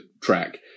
track